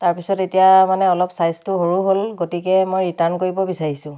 তাৰপিছত এতিয়া মানে অলপ ছাইজটো সৰু হ'ল গতিকে মই ৰিটাৰ্ণ কৰিব বিচাৰিছোঁ